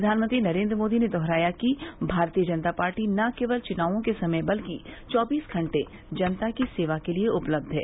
प्रधानमंत्री नरेंद्र मोदी ने दोहराया है कि भारतीय जनता पार्टी न केवल चुनावों के समय बल्कि चौबीस घंटे जनता की सेवा के लिए उपलब्ध है